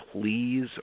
please